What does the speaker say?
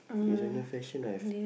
designer fashion I've